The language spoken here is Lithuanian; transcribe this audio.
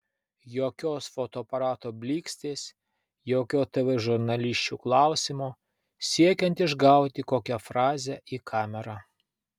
jokios fotoaparato blykstės jokio tv žurnalisčių klausimo siekiant išgauti kokią frazę į kamerą